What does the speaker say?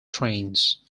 trains